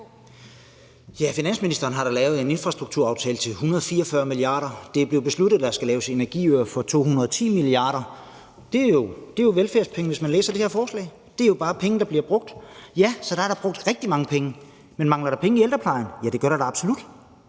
Finansministeren har da lavet en infrastrukturaftale til 144 mia. kr. Det er blevet besluttet, at der skal laves energiøer for 210 mia. kr. Det er jo velfærdspenge ifølge det her forslag. Det er jo bare penge, der bliver brugt. Ja, så der er da blevet brugt rigtig mange penge. Men mangler der penge i ældreplejen? Ja, det gør der da absolut.